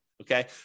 okay